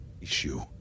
issue